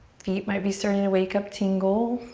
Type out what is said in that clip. feet might be starting to wake up, tingle.